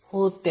हे उत्तर आहे